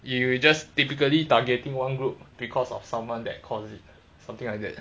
you you just typically targeting one group because of someone that cause it something like that